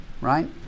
Right